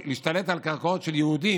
להשתלט על קרקעות של יהודים,